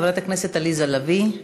חברת הכנסת עליזה לביא,